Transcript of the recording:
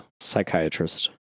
Psychiatrist